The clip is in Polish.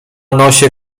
nosie